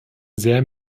sehr